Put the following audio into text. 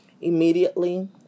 immediately